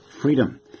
freedom